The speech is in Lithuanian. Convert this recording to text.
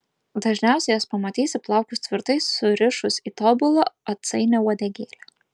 dažniausiai jas pamatysi plaukus tvirtai surišus į tobulą atsainią uodegėlę